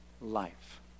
life